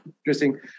interesting